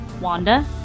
wanda